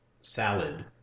salad